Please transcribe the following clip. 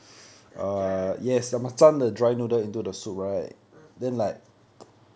the dry one